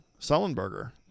Sullenberger